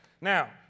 now